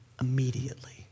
immediately